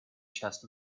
chest